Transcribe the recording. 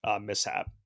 mishap